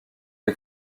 les